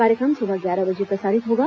कार्यक्रम सुबह ग्यारह बजे प्रसारित होगा